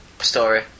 story